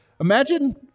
imagine